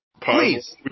Please